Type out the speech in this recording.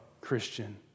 Christian